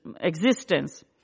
existence